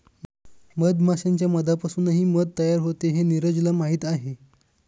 मधमाश्यांच्या मधापासूनही मध तयार होते हे नीरजला माहीत आहे